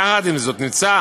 יחד עם זאת, נמצא